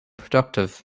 productive